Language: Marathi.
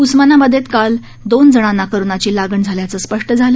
उस्मानाबादेत काल दोन जणांना कोरोनाची लागण झाल्याचं स्पष्ट झालं